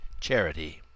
charity